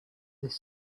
this